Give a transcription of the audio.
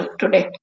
today